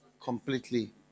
completely